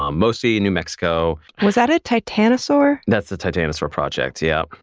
um mostly in new mexico. was that a titanosaur? that's the titanosaur project, yeah.